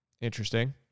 Interesting